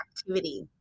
activity